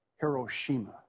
Hiroshima